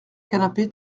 canapé